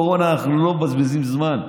על שטות כמו קורונה אנחנו לא מבזבזים זמן,